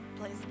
please